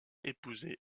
épouser